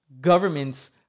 governments